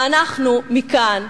ואנחנו, מכאן,